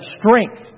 strength